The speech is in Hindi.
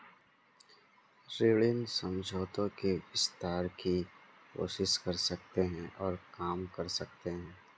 ऋण समझौते के विस्तार की कोशिश कर सकते हैं और काम कर सकते हैं